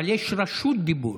אבל יש רשות דיבור,